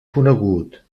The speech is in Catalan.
conegut